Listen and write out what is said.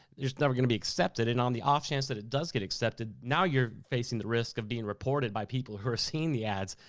never gonna be accepted and on the off chance that it does get accepted, now you're facing the risk of being reported by people who are seeing the ads,